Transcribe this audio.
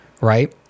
right